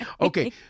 Okay